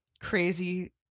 crazy